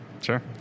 Sure